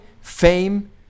fame